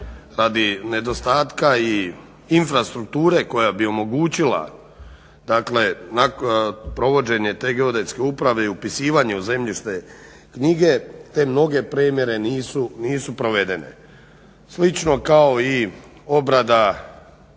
radi nedostatka strukture koja bi omogućila dakle provođenje te Geodetske uprave i upisivanje u zemljišne knjige te mnoge premjere nisu provedene. Slično kao i